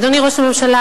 אדוני ראש הממשלה,